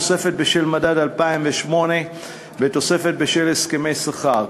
תוספת בשל מדד 2008 ותוספת בשל הסכמי שכר.